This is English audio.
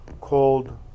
called